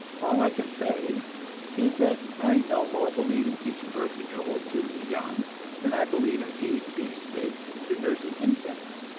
all i can say is that i no more believe in teaching birth control to the young than i believe in feeding beefsteak to nursing infants.